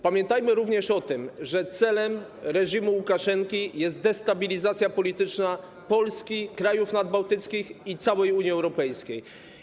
Pamiętajmy również o tym, że celem reżimu Łukaszenki jest destabilizacja polityczna Polski, krajów nadbałtyckich i całej Unii Europejskiej.